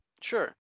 Sure